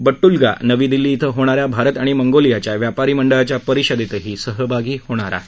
बड्डल्गा नवी दिल्ली इथं होणाऱ्या भारत आणि मंगोलियांच्या व्यापारी मंडळाच्या परिषदेतही सहभागी होणार आहेत